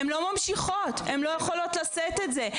הן לא ממשיכות כי הן לא יכולות לשאת את זה.